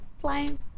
Flying